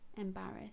embarrassed